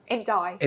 Enjoy